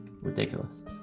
ridiculous